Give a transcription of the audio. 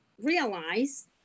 realize